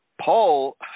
Paul